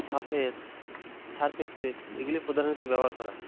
সফেদ Surf Excel এগুলি প্রধানত ব্যবহার করা হয়